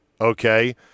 Okay